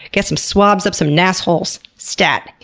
get some swabs up some nassholes, stat.